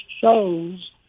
shows